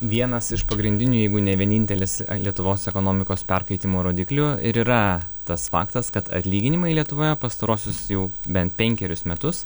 vienas iš pagrindinių jeigu ne vienintelis lietuvos ekonomikos perkaitimo rodiklių ir yra tas faktas kad atlyginimai lietuvoje pastaruosius jau bent penkerius metus